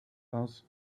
aus